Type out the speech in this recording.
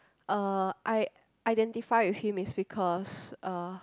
uh I identify with him is because uh